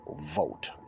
Vote